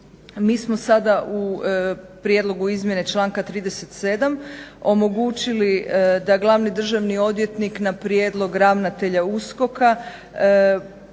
Mi smo sada u prijedlogu izmjene članka 37. omogućili da glavni državni odvjetnik na prijedlog ravnatelja USKOK-a